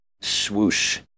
Swoosh